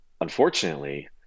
unfortunately